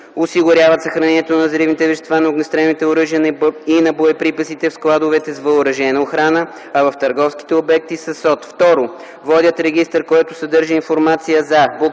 осигуряват съхранението на взривните вещества, на огнестрелните оръжия и на боеприпасите в складовете с въоръжена охрана, а в търговските обекти – със СОТ; 2. водят регистър, който съдържа информация за: